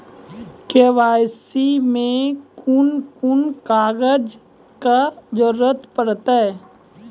KYC मे कून कून कागजक जरूरत परतै?